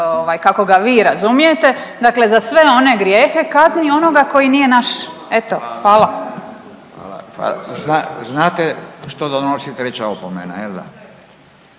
kako ga vi razumije. Dakle, za sve one grijehe kazni onoga koji nije naš. Eto, hvala. **Radin, Furio (Nezavisni)** Hvala,